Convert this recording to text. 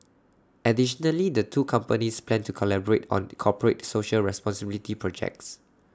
additionally the two companies plan to collaborate on corporate social responsibility projects